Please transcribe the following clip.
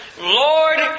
Lord